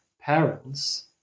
parents